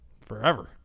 forever